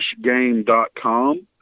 fishgame.com